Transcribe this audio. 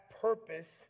purpose